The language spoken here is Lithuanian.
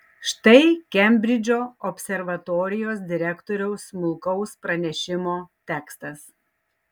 štai kembridžo observatorijos direktoriaus smulkaus pranešimo tekstas